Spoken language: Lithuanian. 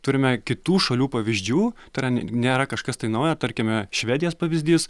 turime kitų šalių pavyzdžių tai yra nėra kažkas tai nauja tarkime švedijos pavyzdys